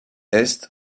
est